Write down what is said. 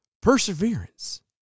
Perseverance